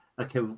okay